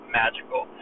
magical